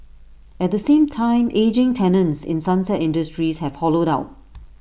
at the same time ageing tenants in sunset industries have hollowed out